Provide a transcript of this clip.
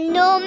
no